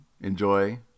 enjoy